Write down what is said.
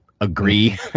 agree